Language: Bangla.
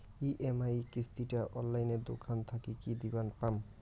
ই.এম.আই কিস্তি টা অনলাইনে দোকান থাকি কি দিবার পাম?